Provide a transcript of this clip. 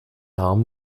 arm